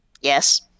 Yes